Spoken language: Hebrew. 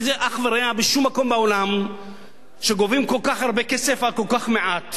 אין לזה אח ורע בשום מקום בעולם שגובים כל כך הרבה כסף על כל כך מעט,